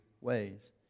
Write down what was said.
ways